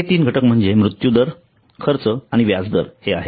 हे तीन घटक म्हणजे मृत्युदर खर्च आणि व्याजदर हे आहेत